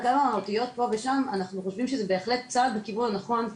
אנחנו חושבים שזה בהחלט צעד בכיוון הנכון,